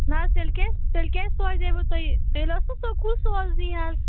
نا حظ تیٚلہِ کیٛاہ تیٚلہِ کیٛازِ سوزیوٕ تۄہہِ تیٚلہِ ٲس نہٕ سکوٗل سوزنی حظ